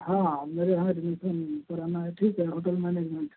हाँ मेरे यहाँ एडमीसन कराना है ठीक है होटल मैनेजमेंट